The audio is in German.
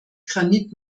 granit